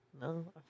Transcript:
No